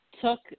took